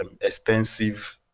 extensive